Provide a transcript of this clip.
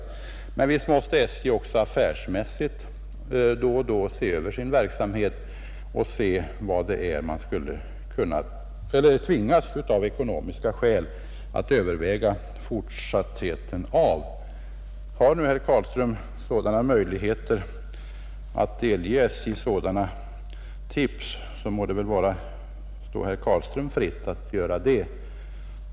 Men visst måste SJ också affärsmässigt då och då se över sin verksamhet: av ekonomiska skäl tvingas man ibland överväga vilka linjer man skall fortsätta att driva. Har nu herr Carlström möjligheter att delge SJ sådana tips, så må det stå honom fritt att göra det.